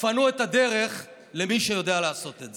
תפנו את הדרך למי שיודע לעשות את זה.